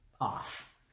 off